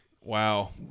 Wow